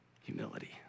humility